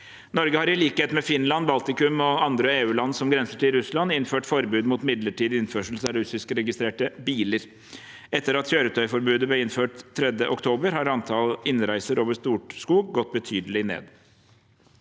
Norge har i likhet med Finland, Baltikum og andre EU-land som grenser til Russland, innført forbud mot midlertidig innførsel av russiskregistrerte biler. Etter at kjøretøyforbudet ble innført 3. oktober, har antallet innreiser over Storskog gått betydelig ned.